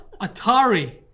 Atari